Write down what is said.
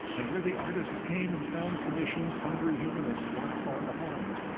and where the artists came and found commissions, hungry humanists weren't far behind.